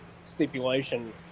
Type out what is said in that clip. stipulation